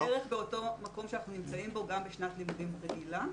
אנחנו באותו מקום בו אנחנו נמצאים גם בשנת לימודים רגילה.